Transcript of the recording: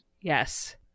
Yes